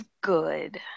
good